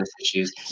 issues